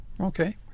Okay